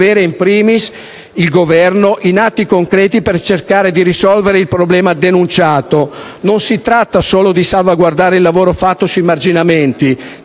*in primis* il Governo - in atti concreti per cercare di risolvere il problema denunciato. Non si tratta solo di salvaguardare il lavoro fatto sui marginamenti,